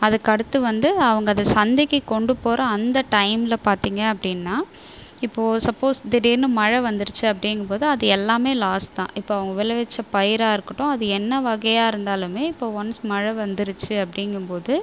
அதற்கடுத்து வந்து அவங்க அதை சந்தைக்கு கொண்டு போகற அந்த டைம்மில் பார்த்தீங்க அப்படின்னா இப்போ சப்போஸ் திடீர்னு மழை வந்துருச்சு அப்படிங்கும்போது அது எல்லாமே லாஸ் தான் இப்போ அவங்க விளைவிச்ச பயிராக இருக்கட்டும் அது என்ன வகையாக இருந்தாலுமே இப்போ ஒன்ஸ் மழை வந்துருச்சு அப்படிங்கும்போது